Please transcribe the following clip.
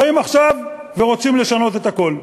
באים עכשיו ורוצים לשנות את הכול.